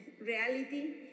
reality